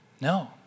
no